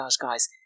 guys